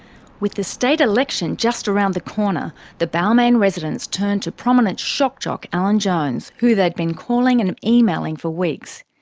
with the state election just around the corner, the balmain residents turned to prominent shock jock alan jones who they'd been calling and emailing for weeks.